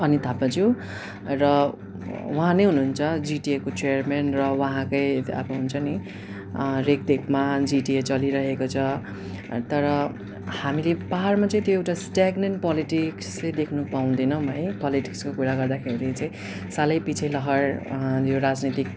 अनित थापाज्यू र उहाँ नै हुनुहुन्छ जिटिएको चियरमेन र उहाँकै त्यो अब हुन्छ नि रेखदेखमा जिटिए चलिरहेको छ तर हामीले पाहाडमा चाहिँ त्यो एउटा स्टयाग्नेन्ट पोलिटिक्स चाहिँ देख्नु पाउँदैनौँ है पोलिटिक्सको कुरा गर्दाखेरि चाहिँ सालैपिच्छे लहर यो राजनैतिक